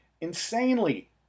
insanely